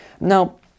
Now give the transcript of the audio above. Now